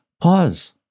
pause